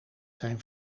zijn